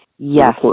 Yes